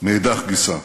מאידך גיסא.